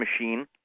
machine